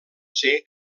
ser